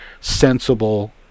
sensible